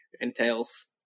entails